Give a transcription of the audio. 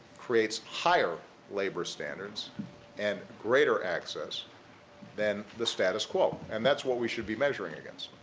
creates higher labor standards and greater access than the status quo. and, that's what we should be measuring against.